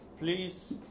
please